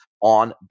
on